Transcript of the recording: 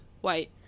white